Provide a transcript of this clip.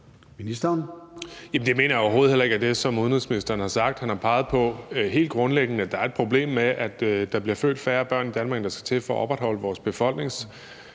Det mener jeg overhovedet heller ikke er det, som udenrigsministeren har sagt. Han har peget på, at der helt grundlæggende er et problem med, at der bliver født færre børn i Danmark, end der skal til for at opretholde vores befolkningsudvikling,